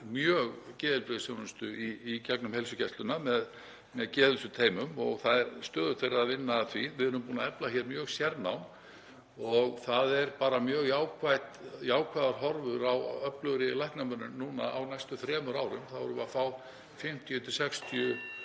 mjög geðheilbrigðisþjónustu í gegnum heilsugæsluna með geðheilsuteymum og það er stöðugt verið að vinna að því. Við erum búin að efla hér mjög sérnám og það eru bara mjög jákvæðar horfur um öfluga læknamönnun núna á næstu þremur árum. Þá erum við að fá 50–60